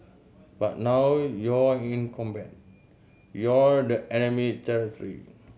but now you're in combat you're the enemy territory